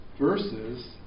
versus